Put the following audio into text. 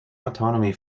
autonomy